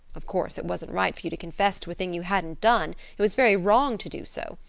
of course, it wasn't right for you to confess to a thing you hadn't done it was very wrong to do so.